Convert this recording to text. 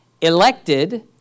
elected